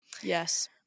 Yes